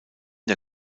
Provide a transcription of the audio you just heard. der